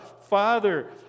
father